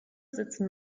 sitzen